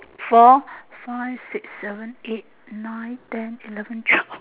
four five six seven eight nine ten eleven twelve